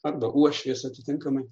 tada uošvis atitinkamai